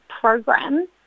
program